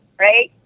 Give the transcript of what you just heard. right